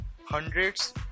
hundreds